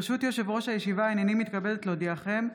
ברשות יושב-ראש הישיבה, הינני מתכבדת להודיעכם,